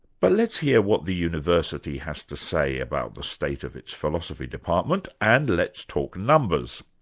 but let's hear what the university has to say about the state of its philosophy department, and let's talk numbers.